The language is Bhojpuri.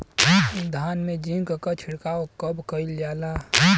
धान में जिंक क छिड़काव कब कइल जाला?